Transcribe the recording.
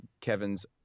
Kevin's